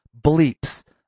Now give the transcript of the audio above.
bleeps